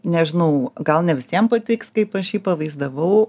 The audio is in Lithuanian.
nežinau gal ne visiem patiks kaip aš jį pavaizdavau